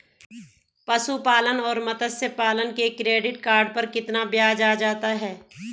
पशुपालन और मत्स्य पालन के क्रेडिट कार्ड पर कितना ब्याज आ जाता है?